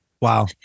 Wow